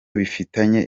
bifitanye